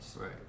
Right